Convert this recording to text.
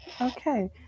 Okay